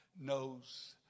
knows